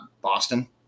Boston